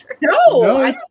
No